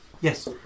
Yes